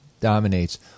dominates